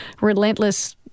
relentless